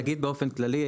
נגיד באופן כללי,